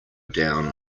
down